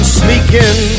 sneaking